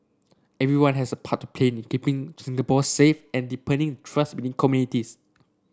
everyone has a part to play in keeping Singapore safe and deepening the trust between communities